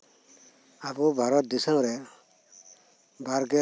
ᱟᱵᱚ ᱵᱷᱟᱨᱚᱛ ᱫᱤᱥᱚᱢ ᱨᱮ